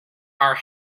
are